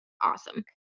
awesome